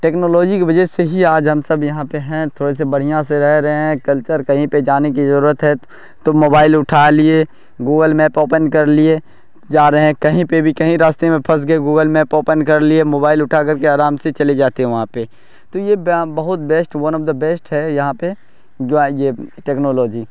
technology کی وجہ سے ہی آج ہم سب یہاں پہ ہیں تھوڑے سے بڑھیاں سے رہ رہے ہیں کلچر کہیں پہ جانے کی ضرورت ہے تو موبائل اٹھا لیے گوگل میپ اوپن کر لیے تو جا رہے ہیں کہیں پہ بھی کہیں راستے میں پھنس گئے گوگل میپ اوپن کر لیے موبائل اٹھا کر کے آرام سے چلے جاتے ہیں وہاں پہ تو یہ بہت best one of the best ہے یہاں پہ جو ہے یہ ٹیکنالوجی